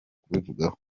kubivugaho